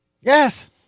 Yes